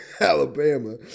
Alabama